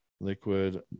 liquid